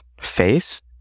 face